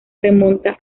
remonta